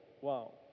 Wow